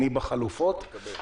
תודה.